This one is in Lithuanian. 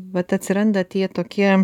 vat atsiranda tie tokie